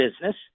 business